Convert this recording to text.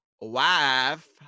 wife